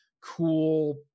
cool